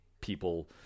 people